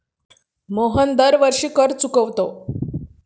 मोहन दरवर्षी कर चुकवतो